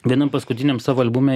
vienam paskutiniam savo albume